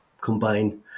combine